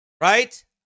Right